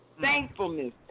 thankfulness